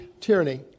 Tyranny